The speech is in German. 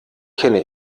kenne